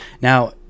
Now